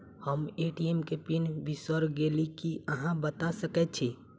हम ए.टी.एम केँ पिन बिसईर गेलू की अहाँ बता सकैत छी?